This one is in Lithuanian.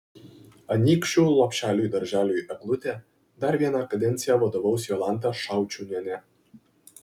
anykščių lopšeliui darželiui eglutė dar vieną kadenciją vadovaus jolanta šaučiūnienė